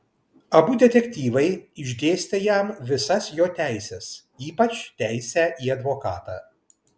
abu detektyvai išdėstė jam visas jo teises ypač teisę į advokatą